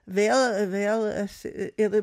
vėl vėl esi ir